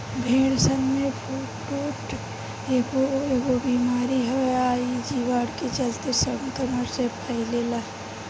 भेड़सन में फुट्रोट एगो बिमारी हवे आ इ जीवाणु के चलते संक्रमण से फइले ला